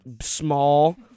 small